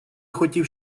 хотів